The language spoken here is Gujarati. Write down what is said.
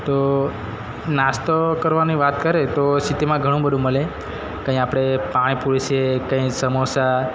તો નાસ્તો કરવાની વાત કરે તો સીટીમાં ઘણું બધું મળે કંઈ આપણે પાણીપૂરી છે કંઈ સમોસા